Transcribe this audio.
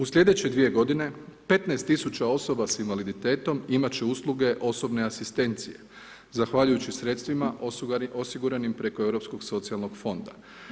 U sljedeće 2 godine 15 000 osoba s invaliditetom imat će usluge osobne asistencije zahvaljujući sredstvima osiguranim preko europskog socijalnog fonda.